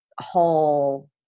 whole